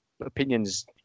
opinions